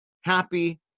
happy